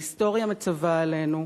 ההיסטוריה מצווה עלינו,